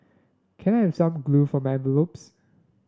can I have some glue for my envelopes